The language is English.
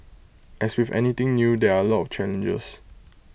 as with anything new there are A lot challenges